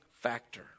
factor